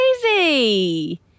crazy